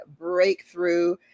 breakthrough